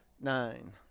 nine